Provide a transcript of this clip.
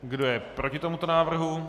Kdo je proti tomuto návrhu?